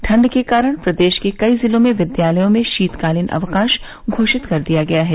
ठंड के कारण प्रदेश के कई जिलों में विद्यालयों में शीतकालीन अवकाश घोषित कर दिया गया है